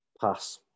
Pass